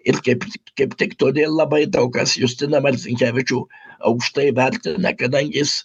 ir kaip kaip tik todėl labai daug kas justiną marcinkevičių aukštai vertina kadangi jis